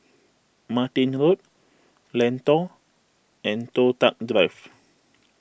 Martin Road Lentor and Toh Tuck Drive